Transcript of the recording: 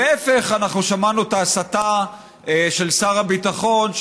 להפך, אנחנו שמענו את ההסתה של שר הביטחון.